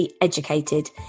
educated